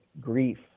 grief